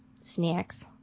Snacks